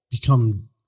become